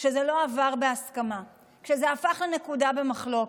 כשזה לא עבר בהסכמה, כשזה הפך לנקודה במחלוקת.